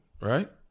right